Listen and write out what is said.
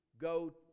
go